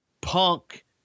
punk